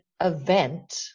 event